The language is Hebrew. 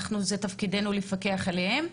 תפקידנו לפקח עליהם.